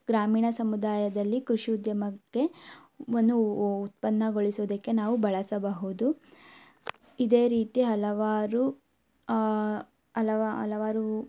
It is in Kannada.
ಗ್ರಾಮೀಣ ಸಮುದಾಯದಲ್ಲಿ ಕೃಷಿ ಉದ್ಯಮಕ್ಕೆ ಒಂದು ಉತ್ಪನ್ನಗೊಳಿಸುದಕ್ಕೆ ನಾವು ಬಳಸಬಹುದು ಇದೇ ರೀತಿ ಹಲವಾರು ಅಲವ ಹಲವಾರು